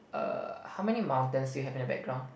err how many mountains you have in the background